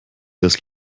das